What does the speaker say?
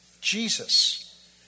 Jesus